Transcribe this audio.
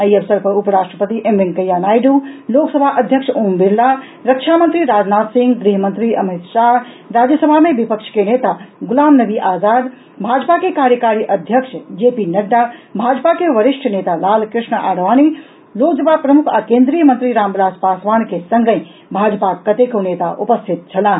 एहि अवसर पर उपराष्ट्रपति एम वेंकैया नायडू लोकसभा अध्यक्ष ओम बिरला रक्षा मंत्री राजनाथ सिंह गृहमंत्री अमित शाह राज्यसभा मे विपक्ष के नेता गुलाम नबी आजाद भाजपा के कार्यकारी अध्यक्ष जे पी नड्डा भाजपा के वरिष्ठ नेता लाल कृष्ण आडवाणी लोजपा प्रमुख आ केन्द्रीय मंत्री रामविलास पासवान के संगहि भाजपाक कतेको नेता उपस्थित छलाह